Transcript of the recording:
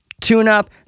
tune-up